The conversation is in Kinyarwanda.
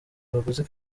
abaguzi